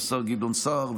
השר גדעון סער.